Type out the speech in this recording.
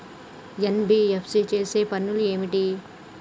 NBFC చేసే పనులు ఏమిటి?